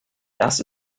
das